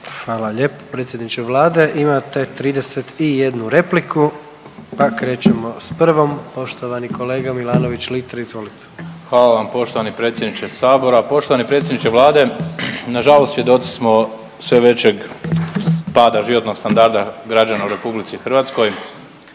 Hvala lijepa predsjedniče Vlade, imate 31 repliku, pa krećemo s prvom. Poštovani kolega Milanović Litre, izvolite. **Milanović Litre, Marko (Hrvatski suverenisti)** Hvala vam poštovani predsjedniče sabora. Poštovani predsjedniče Vlade nažalost svjedoci smo sve većeg pada životnog standarda građana u RH.